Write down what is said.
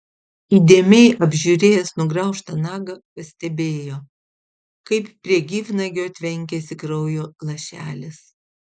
įdėmiai apžiūrėjęs nugraužtą nagą pastebėjo kaip prie gyvnagio tvenkiasi kraujo lašelis